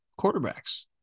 quarterbacks